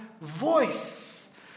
voice